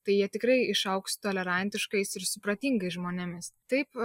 tai jie tikrai išaugs tolerantiškais ir supratingais žmonėmis taip